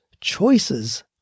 choices